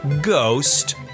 Ghost